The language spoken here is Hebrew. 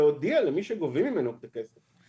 להודיע למי שגובים ממנו את הכסף,